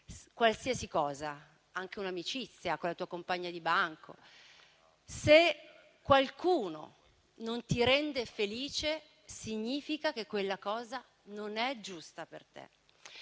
qualsiasi cosa, anche un'amicizia con la compagna di banco, se qualcuno non la rende felice, significa che quella cosa non è giusta per lei.